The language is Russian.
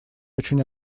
очень